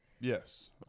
Yes